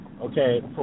okay